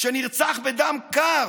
שנרצח בדם קר.